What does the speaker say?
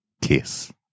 kiss